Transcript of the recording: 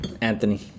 Anthony